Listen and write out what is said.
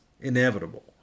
inevitable